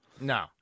No